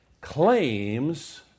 claims